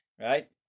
right